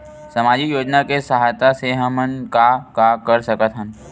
सामजिक योजना के सहायता से हमन का का कर सकत हन?